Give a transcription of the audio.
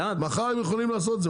מחר הם יכולים לעשות אז זה,